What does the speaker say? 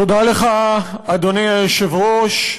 תודה לך, אדוני היושב-ראש.